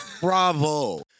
Bravo